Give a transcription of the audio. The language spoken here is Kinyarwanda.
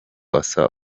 asa